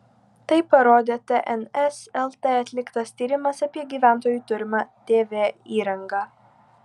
tai parodė tns lt atliktas tyrimas apie gyventojų turimą tv įrangą